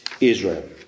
Israel